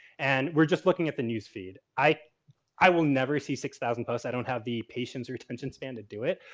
and we're just looking at the newsfeed. i i will never see six thousand posts, because i don't have the patience or attention span to do it.